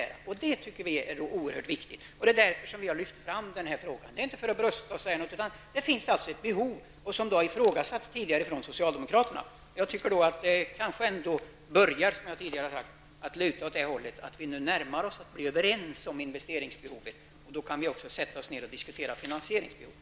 Vi i centern tycker att detta är oerhört viktigt och därför har vi lyft fram frågan. Det är inte för att brösta sig, utan det finns ett behov som alltså tidigare har ifrågasatts av socialdemokraterna. Som jag sade förut tycker jag att det kanske lutar åt att vi börjar bli överens om investeringsbehovet. Då kan vi också sätta oss ned och diskutera finansieringsbehovet.